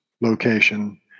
location